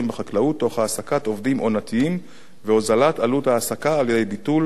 עובדים עונתיים והוזלת עלות ההעסקה על-ידי ביטול מס המעסיקים.